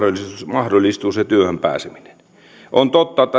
mahdollistuu se työhön pääseminen on totta että